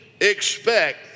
expect